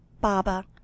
Baba